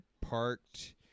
parked